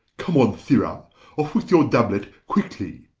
come on sirrha, off with your doublet, quickly